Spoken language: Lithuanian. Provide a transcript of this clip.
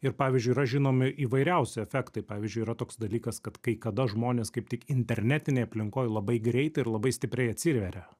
ir pavyzdžiui yra žinomi įvairiausi efektai pavyzdžiui yra toks dalykas kad kai kada žmonės kaip tik internetinėj aplinkoj labai greitai ir labai stipriai atsiveria